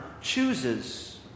chooses